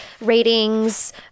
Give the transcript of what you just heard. ratings